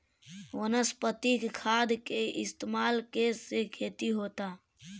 वनस्पतिक खाद के इस्तमाल के से खेती होता